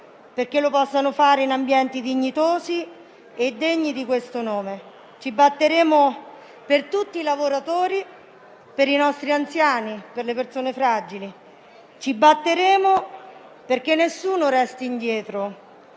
perché lo possano fare in ambienti dignitosi e degni di questo nome. Ci batteremo per tutti i lavoratori, per i nostri anziani, per le persone fragili. Ci batteremo perché nessuno resti indietro